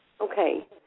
Okay